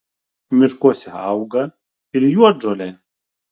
miškuose auga ir juodžolė